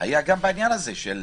היה גם בעניין הזה של